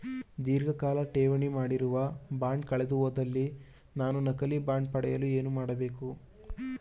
ಧೀರ್ಘಕಾಲ ಠೇವಣಿ ಮಾಡಿರುವ ಬಾಂಡ್ ಕಳೆದುಹೋದಲ್ಲಿ ನಾನು ನಕಲಿ ಬಾಂಡ್ ಪಡೆಯಲು ಏನು ಮಾಡಬೇಕು?